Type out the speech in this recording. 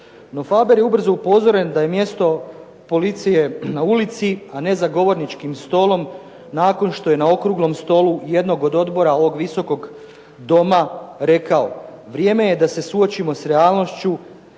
No Faber je ubrzo upozoren da je mjesto policije na ulici, a ne za govorničkim stolom, nakon što je na okruglom stolu jednog od odbora ovog Visokog doma rekao: "Vrijeme je da se suočimo s realnošću